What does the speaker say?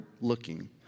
looking